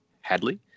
Hadley